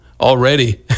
already